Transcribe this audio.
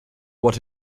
what